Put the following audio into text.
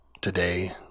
today